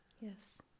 Yes